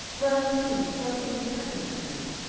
well, you see, something has happened at home.